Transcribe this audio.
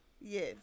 Yes